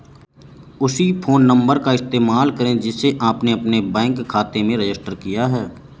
उसी phone number का इस्तेमाल करें जिसे आपने अपने बैंक खाते में रजिस्टर किया है